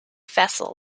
vessel